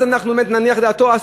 אז באמת נניח את דעתו,